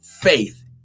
faith